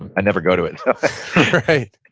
i never go to it right.